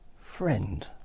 friend